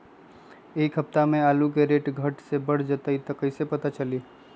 एक सप्ताह मे आलू के रेट घट ये बढ़ जतई त कईसे पता चली?